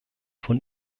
von